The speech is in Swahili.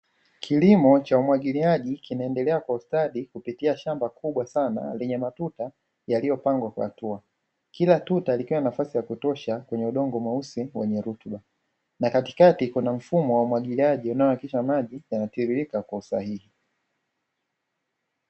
Kilimo cha umwagiliaji kinaendelea kwa ustadi mkubwa sana kwenye shamba lenye matuta, kila tuta lina nafasi na udongo mweusi wenye rutuba. Katikati kuna mabomba yanayopitisha maji yanayotiririka kwa usahihi.